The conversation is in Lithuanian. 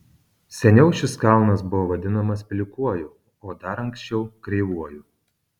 seniau šis kalnas buvo vadinamas plikuoju o dar anksčiau kreivuoju